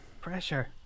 Pressure